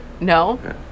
no